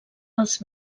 als